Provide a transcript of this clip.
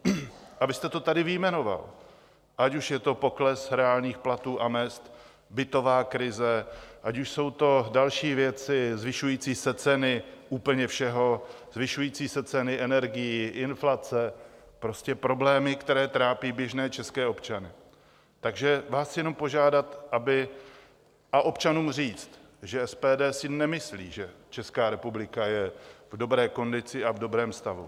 A vy jste to tady vyjmenoval, ať už je to pokles reálných platů a mezd, bytová krize, ať jsou to další věci, zvyšující se ceny úplně všeho, zvyšující se ceny energií, inflace, prostě problémy, které trápí běžné české občany, takže vás chci jenom požádat, aby a občanům říct, že SPD si nemyslí, že Česká republika je v dobré kondici a v dobrém stavu.